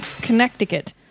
Connecticut